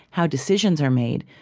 how decisions are made.